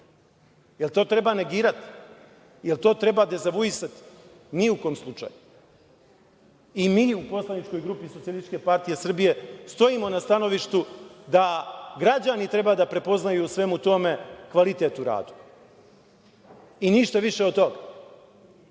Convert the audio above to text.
Jel to treba negirati? Jel to treba dezavuisati? Ni u kom slučaju. Mi u Poslaničkoj grupi Socijalističke partije Srbije stojimo na stanovištu da građani treba da prepoznaju u svemu tome kvalitet u radu. I ništa više od toga. Ono